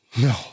No